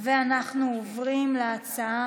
נעבור להצעה